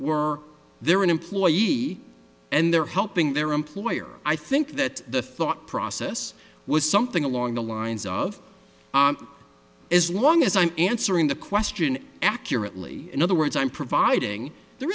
were there an employee and they're helping their employer i think that the thought process was something along the lines of as long as i'm answering the question accurately in other words i'm providing there